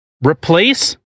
replace